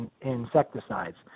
insecticides